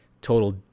total